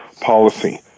policy